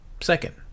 second